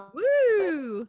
Woo